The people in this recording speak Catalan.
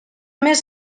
més